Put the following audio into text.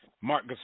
Mark